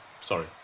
Sorry